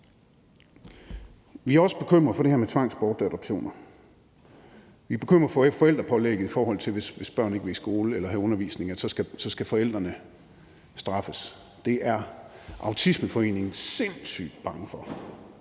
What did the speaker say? Vi er også bekymret for det her med tvangsbortadoptioner. Vi er bekymret for forældrepålægget, i forhold til at forældrene skal straffes, hvis børn ikke vil i skole eller have undervisning. Det er Autismeforeningen sindssygt bange for,